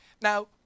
Now